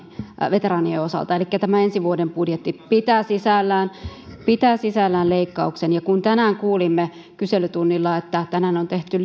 veteraanien osalta elikkä tämä ensi vuoden budjetti pitää sisällään pitää sisällään leikkauksen ja kun tänään kuulimme kyselytunnilla että tänään on tehty